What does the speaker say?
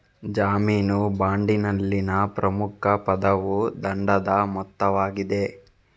ಜಾಮೀನು ಬಾಂಡಿನಲ್ಲಿನ ಪ್ರಮುಖ ಪದವು ದಂಡದ ಮೊತ್ತವಾಗಿದೆ